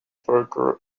for